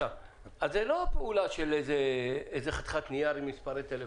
אז זה לא פעולה של חתיכת נייר עם מספרי טלפון.